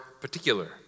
particular